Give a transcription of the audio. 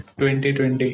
2020